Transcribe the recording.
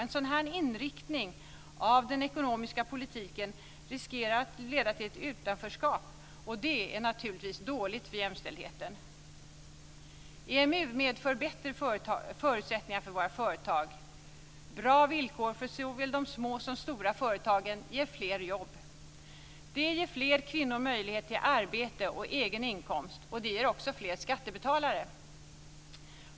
En sådan inriktning av den ekonomiska politiken riskerar att leda till ett utanförskap, och det är naturligtvis dåligt för jämställdheten. EMU medför bättre förutsättningar för våra företag. Bra villkor för såväl de små som de stora företagen ger fler jobb. Det ger fler kvinnor möjlighet till arbete och egen inkomst. Det ger också fler skattebetalare.